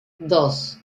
dos